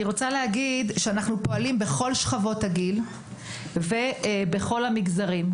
אנחנו פועלים בכל שכבות הגיל ובכל המגזרים,